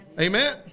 Amen